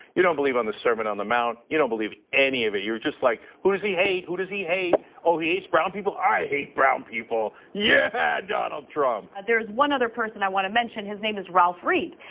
you don't believe on the sermon on the mount. you don't believe in any of it. you were just like, who does he hate, who does he hate? he hates brown people, i hate brown people, yeah, donald trump. there's one other person i wanna mention, his name is ralph reed.